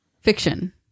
fiction